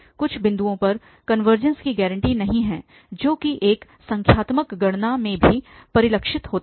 कुछ बिंदुओं पर कनवर्जेंस की गारंटी नहीं है जो कि एक संख्यात्मक गणना में भी परिलक्षित होता है